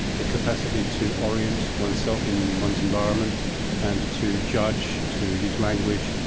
the capacity to orient oneself in one's environment and to judge, to use language,